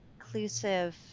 inclusive